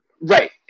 Right